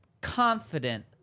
confident